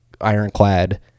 ironclad